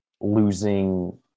losing